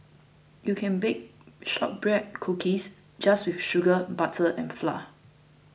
you can bake Shortbread Cookies just with sugar butter and flour